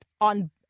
on